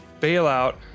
bailout